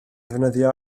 ddefnyddio